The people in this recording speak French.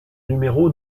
numéro